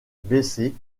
baisser